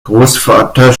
großvater